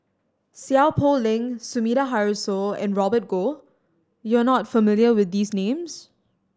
Seow Poh Leng Sumida Haruzo and Robert Goh you are not familiar with these names